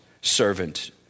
servant